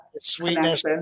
sweetness